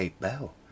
Bell